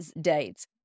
dates